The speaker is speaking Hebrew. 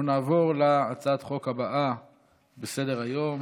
אנחנו נעבור להצעת החוק הבאה בסדר-היום,